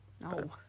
No